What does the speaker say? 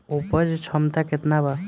उपज क्षमता केतना वा?